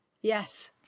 Yes